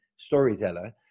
storyteller